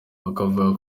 bakavuga